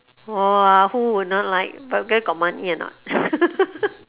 !wah! who would not like but where got money or not